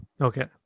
Okay